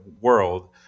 world